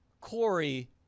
Corey